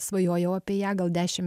svajojau apie ją gal dešim